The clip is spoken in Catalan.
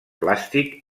plàstic